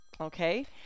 Okay